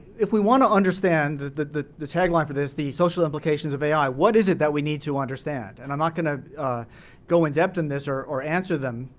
if we wanna understand the the tag line for this, the social implications of ai, what is it that we need to understand and i'm not gonna go in depth in this or or answer them,